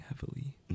heavily